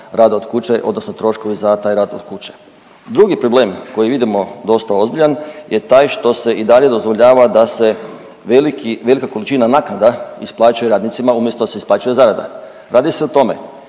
rada od kuće odnosno troškovi za taj rad od kuće. Drugi problem koji vidimo dosta ozbiljan je taj što se i dalje dozvoljava da se veliki, velika količina naknada isplaćuje radnicima umjesto da se isplaćuje zarada. Radi se o tome